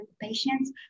patients